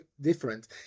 different